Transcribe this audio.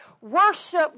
Worship